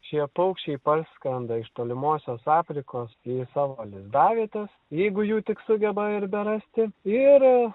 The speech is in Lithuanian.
šie paukščiai parskrenda iš tolimosios afrikos į savo lizdavietes jeigu jų tik sugeba ir berasti ir